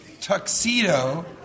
tuxedo